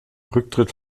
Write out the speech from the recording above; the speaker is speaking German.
rücktritt